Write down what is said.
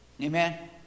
Amen